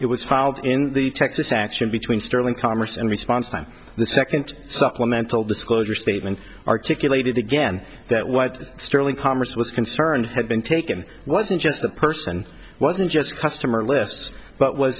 it was filed in the texas action between sterling commerce and response time the second supplemental disclosure statement articulated again that what sterling commerce was concerned had been taken wasn't just the person wasn't just customer lists but w